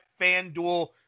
FanDuel